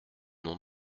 nom